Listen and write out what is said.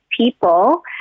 people